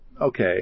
okay